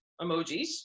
emojis